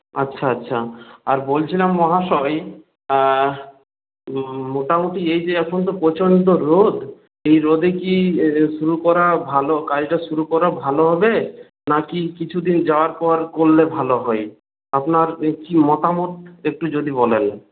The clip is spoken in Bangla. আচ্ছা আচ্ছা আর বলছিলাম মহাশয় মোটামুটি এই যে এখন তো প্রচণ্ড রোদ এই রোদে কি শুরু করা ভালো কাজটা শুরু করা ভালো হবে নাকি কিছুদিন যাওয়ার পর করলে ভালো হয় আপনার কি মতামত একটু যদি বলেন